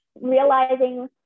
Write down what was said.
realizing